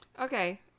Okay